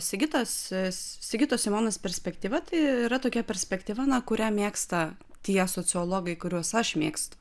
sigitos sigitos simonas perspektyva tai yra tokia perspektyva kurią mėgsta tie sociologai kuriuos aš mėgstu